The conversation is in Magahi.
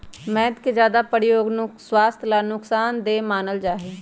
मैद के ज्यादा प्रयोग स्वास्थ्य ला नुकसान देय मानल जाहई